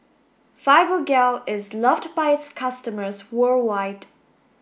Fibogel is loved by its customers worldwide